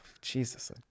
Jesus